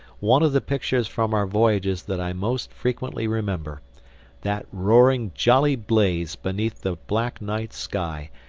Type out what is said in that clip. one of the pictures from our voyages that i most frequently remember that roaring jolly blaze beneath the black night sky,